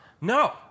No